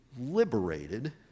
liberated